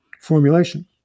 formulation